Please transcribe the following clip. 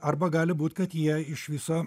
arba gali būt kad jie iš viso